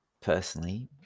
personally